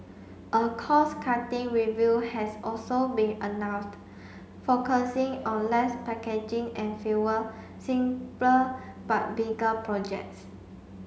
a cost cutting review has also been announced focusing on less packaging and fewer simpler but bigger projects